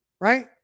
right